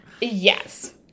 Yes